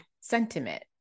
sentiment